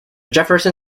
jefferson